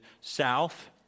south